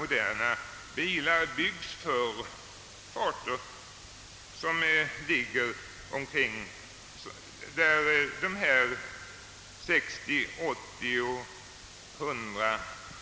Moderna bilar byggs för så höga hastigheter att dessa 60, 80 och 100 kilometer i timmen